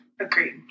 Agreed